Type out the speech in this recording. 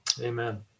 amen